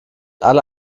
alle